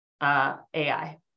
AI